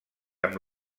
amb